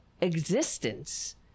existence